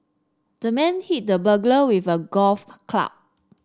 the man hit the burglar with a golf club